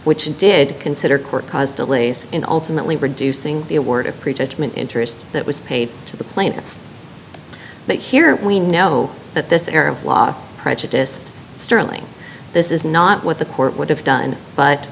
which did consider court cause delays in alternately reducing the award of prejudgment interest that was paid to the plaintiff but here we know that this era of law prejudice sterling this is not what the court would have done but